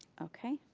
okay,